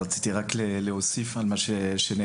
רציתי רק להוסיף על מה שנאמר,